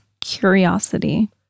curiosity